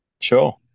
Sure